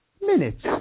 minutes